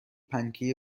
پنکه